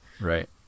Right